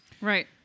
right